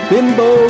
Bimbo